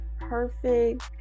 perfect